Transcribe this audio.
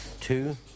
two